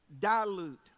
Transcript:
dilute